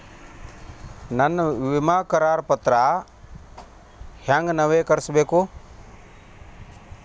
ನನ್ನ ವಿಮಾ ಕರಾರ ಪತ್ರಾ ಹೆಂಗ್ ನವೇಕರಿಸಬೇಕು?